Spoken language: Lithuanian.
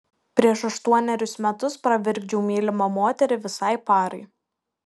prieš aštuonerius metus pravirkdžiau mylimą moterį visai parai